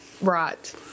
Right